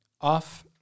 off